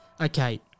Okay